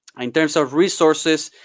in terms of resources,